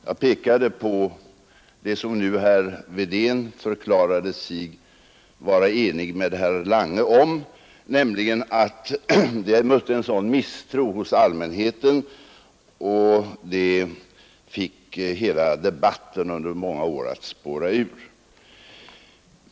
Jag pekade på det som herr Wedén nu förklarar sig vara enig med herr Lange om, nämligen att det rådde en sådan misstro hos allmänheten och att detta fått hela debatten under många år att spåra ur.